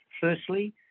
Firstly